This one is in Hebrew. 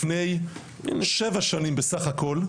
לפני שבע שנים בסך הכל,